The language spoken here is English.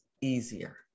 easier